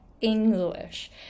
English